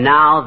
Now